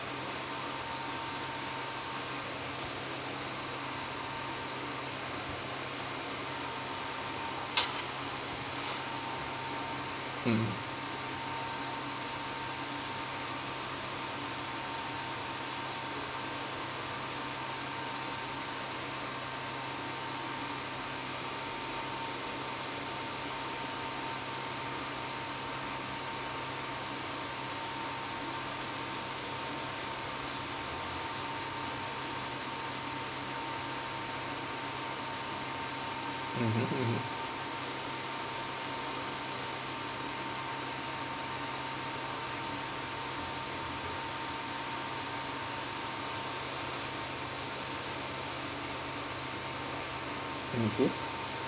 um mmhmm um K